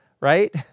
right